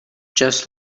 just